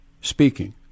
speaking